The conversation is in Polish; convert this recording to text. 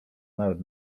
nawet